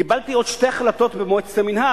קיבלתי עוד שתי החלטות במועצת המינהל.